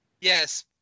Yes